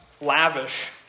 lavish